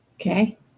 Okay